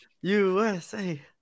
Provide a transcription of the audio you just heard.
USA